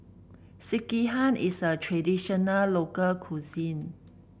Sekihan is a traditional local cuisine